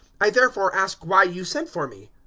i therefore ask why you sent for me.